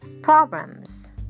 problems